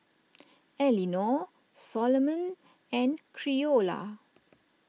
Elinor Soloman and Creola